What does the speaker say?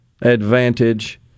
advantage